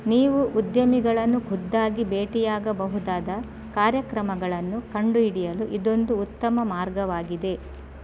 ನೀವು ಉದ್ಯಮಿಗಳನ್ನು ಖುದ್ದಾಗಿ ಭೇಟಿಯಾಗಬಹುದಾದ ಕಾರ್ಯಕ್ರಮಗಳನ್ನು ಕಂಡು ಹಿಡಿಯಲು ಇದೊಂದು ಉತ್ತಮ ಮಾರ್ಗವಾಗಿದೆ